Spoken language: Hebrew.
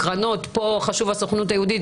הקרנות -- פה חשובה הסוכנות היהודית,